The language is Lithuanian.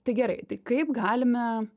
tai gerai tai kaip galime